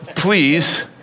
Please